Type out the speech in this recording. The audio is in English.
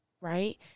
Right